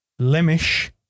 Lemish